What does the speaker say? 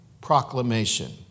proclamation